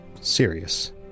serious